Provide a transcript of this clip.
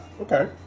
Okay